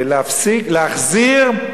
להחזיר,